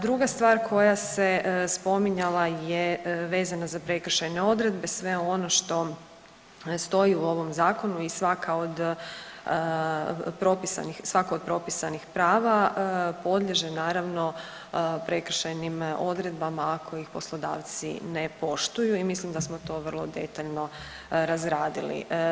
Druga stvar koja se spominjala je vezano za prekršajne odredbe, sve ono što stoji u ovom Zakonu i svaka od propisanih, svako od propisanih prava podliježe naravno, prekršajnim odredbama ako ih poslodavci ne poštuju i mislim da smo to vrlo detaljno razradili.